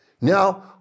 Now